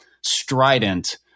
Strident